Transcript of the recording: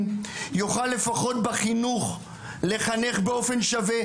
יוכל לפחות בחינוך להתחנך באופן שווה?